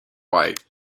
white